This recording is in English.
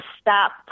Stop